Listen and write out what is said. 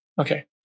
Okay